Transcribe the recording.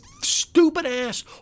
stupid-ass